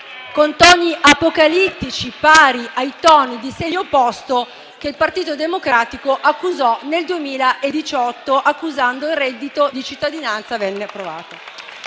con toni apocalittici pari ai toni di segno opposto che il Partito Democratico usò nel 2018, quando il reddito di cittadinanza venne approvato.